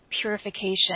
purification